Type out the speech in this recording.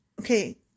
Okay